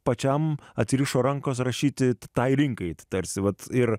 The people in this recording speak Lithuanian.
pačiam atsirišo rankos rašyti tai rinkai tarsi vat ir